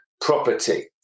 property